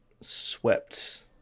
swept